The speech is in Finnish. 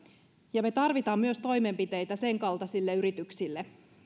me tarvitsemme toimenpiteitä myös sen kaltaisille yrityksille